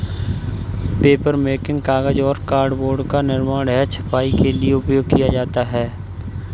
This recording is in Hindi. पेपरमेकिंग कागज और कार्डबोर्ड का निर्माण है छपाई के लिए उपयोग किया जाता है